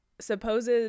Supposed